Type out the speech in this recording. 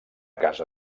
casa